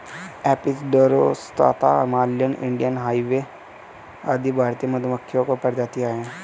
Apis डोरसाता, Himalayan, Indian hive आदि भारतीय मधुमक्खियों की प्रजातियां है